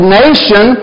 nation